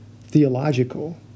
theological